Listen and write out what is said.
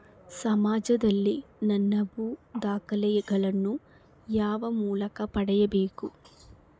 ಸಮಾಜದಲ್ಲಿ ನನ್ನ ಭೂ ದಾಖಲೆಗಳನ್ನು ಯಾವ ಮೂಲಕ ಪಡೆಯಬೇಕು?